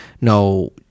no